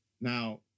Now